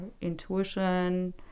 intuition